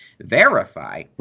verify